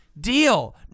deal